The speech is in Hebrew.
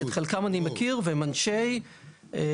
שאת חלקם אני מכיר והם אנשי עבודה,